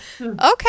okay